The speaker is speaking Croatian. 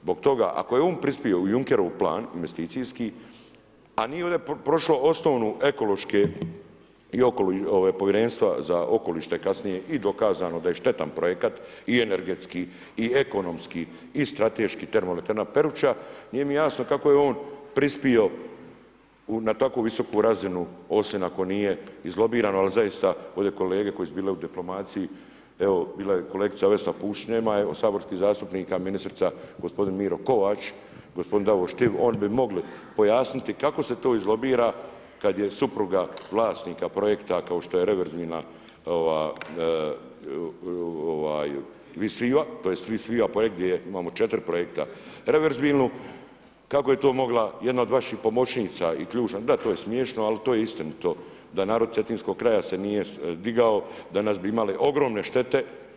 Zbog toga ako je on prispio u Junckerov plan, investicijski, a nije ovdje prošlo, osnovne, ekološke i okolna povjerenstva za okoliš te je kasnije i dokazano da je štetan projekat i energetski i ekonomski i strateški termoelektrana Peruća, nije mi jasno, kako je on prispio na tako visoku razinu osim ako nije iz lobiran, ali zaista ovdje kolege, koje su bile u diplomaciji, evo, bila je kolegica Vesna Pusić, nema je, od saborskih zastupnika, ministrica, gospodin Miro Kovač, gospodin Davor Stier oni bi mogli pojasniti kako se to izlobirali, kada je supruga vlasnika projekta kao što je … To jest … a ponegdje imamo 4 projekta, … kako je to mogla jedna od vaših pomoćnica i ključna, da to je smješno, ali to je istinito, da narod cetinskog kraja se nije digao, danas bi imali ogromne štete.